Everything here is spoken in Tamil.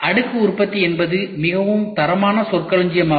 அடுக்கு உற்பத்தி என்பது மிகவும் தரமான சொற்களஞ்சியம் ஆகும்